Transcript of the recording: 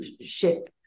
ship